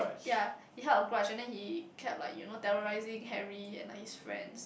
ya he held a grudge and then he kept like you know terrorising Harry and his friends